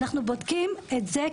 אנחנו בודקים את זה.